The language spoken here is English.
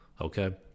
okay